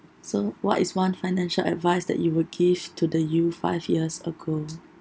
so what is one financial advice that you would give to the you five years ago